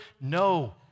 No